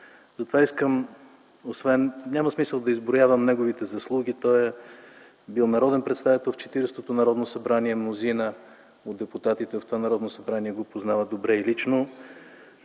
характер. Няма смисъл да изброявам неговите заслуги. Той е бил народен представител в Четиридесетото Народно събрание, мнозина от депутатите в това Народно събрание го познават добре и лично.